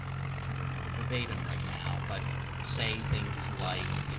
um can't remember verbatim right now but say things like,